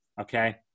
okay